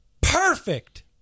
perfect